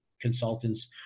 consultants